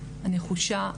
הנחושה,